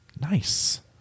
Nice